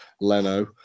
Leno